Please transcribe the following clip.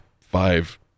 five